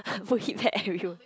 I put heat pad everywhere